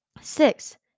Six